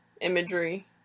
imagery